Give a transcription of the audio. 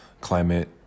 climate